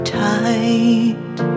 tight